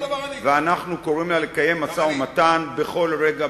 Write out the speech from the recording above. ואנחנו קוראים לה לקיים אתנו משא-ומתן בכל רגע,